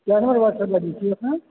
कए नम्बर वार्डसँ बाजैत छियै अहाँ